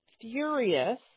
Furious